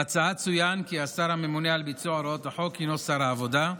בהצעה צוין כי השר הממונה על ביצוע הוראות החוק הינו שר העבודה.